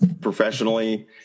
professionally